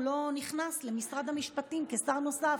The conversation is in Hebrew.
הוא לא נכנס למשרד המשפטים כשר נוסף.